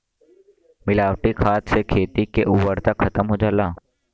मिलावटी खाद से खेती के उर्वरता खतम हो जाला